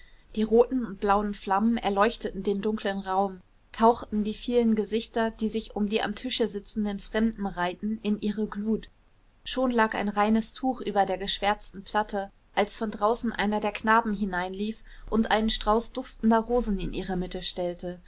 die roten und blauen flammen erleuchteten den dunklen raum tauchten die vielen gesichter die sich um die am tische sitzenden fremden reihten in ihre glut schon lag ein reines tuch über der geschwärzten platte als von draußen einer der knaben hereinlief und einen strauß duftender rosen in ihre mitte stellte